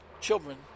children